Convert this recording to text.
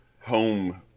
home